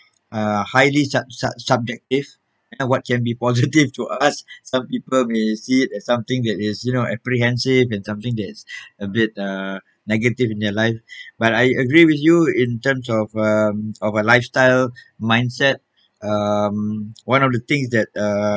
uh highly sub~ sub~ subjective and what can be positive to us some people may see it as something that is you know apprehensive and something that is a bit uh negative in their life but I agree with you in terms of um of a lifestyle mindset um one of the things that uh